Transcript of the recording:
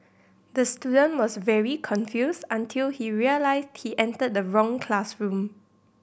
the student was very confused until he realised he entered the wrong classroom